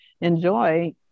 enjoy